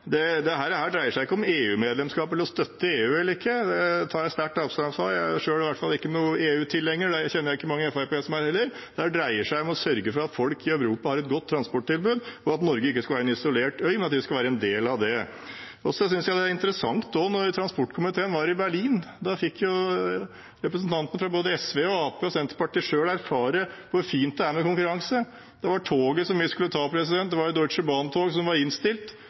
dreier seg ikke om EU-medlemskap eller å støtte EU eller ikke. Det tar jeg sterkt avstand fra. Jeg er i hvert fall ikke selv noen EU-tilhenger. Det kjenner jeg heller ikke mange i Fremskrittspartiet som er. Dette dreier seg om å sørge for at folk i Europa har et godt transporttilbud, og at Norge ikke skal være en isolert øy, men at vi skal være en del av det. Så synes jeg det er interessant at da transportkomiteen var i Berlin, fikk representantene fra både SV, Arbeiderpartiet og Senterpartiet selv erfare hvor fint det er med konkurranse. Toget vi skulle ta, et Deutsche Bahn-tog, var innstilt. Men vi ventet bare et kvarters tid på perrongen i Berlin, og så kom det et tog fra Tsjekkia som